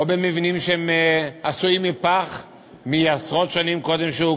במבנים עשויים פח שהוקמו עשרות שנים קודם.